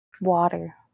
water